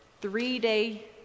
three-day